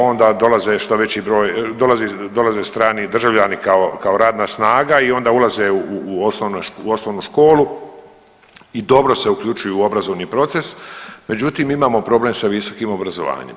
Onda dolaze što veći broj, dolaze strani državljani kao radna snaga i onda ulaze u osnovnu školu i dobro se uključuju u obrazovni proces, međutim imamo problem sa visokim obrazovanjem.